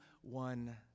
one